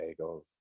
bagels